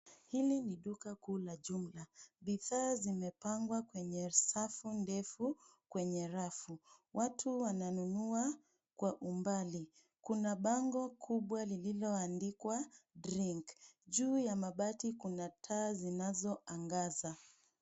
Hili ni duka kuu la jumla. Bidhaa zimepangwa kwenye safu ndefu kwenye rafu. Watu wananunua kwa umbali. Kuna bango kubwa lililoandikwa drink . Juu ya mabati kuna taa zinazoangaza.